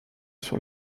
sur